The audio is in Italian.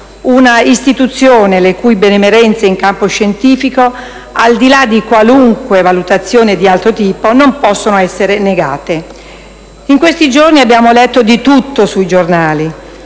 Un'istituzione le cui benemerenze in capo scientifico, al di là di qualunque valutazione di altro tipo, non possono essere negate. In questi giorni abbiamo letto di tutto sui giornali: